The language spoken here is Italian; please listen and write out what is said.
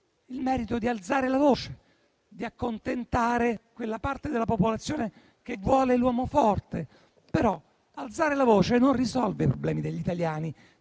il merito di alzare la voce, di accontentare quella parte della popolazione che vuole l'uomo forte, ma alzare la voce non risolve i problemi degli italiani,